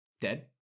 dead